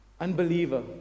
unbeliever